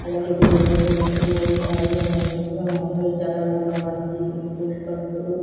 ಬೆಳಗ್ಗೆ ಬೇಗ ಎದ್ದು ಹೊಟ್ಟೆ ತುಂಬ ಊಟ ಅಡಿಗೆ ಮಾಡಿ ಮಕ್ಳಿಗೆ ಚೆನ್ನಾಗಿ ಊಟ ಮಾಡಿಸಿ ಸ್ಕೂಲಿಗೆ ಕಳಸ್ಬಹುದು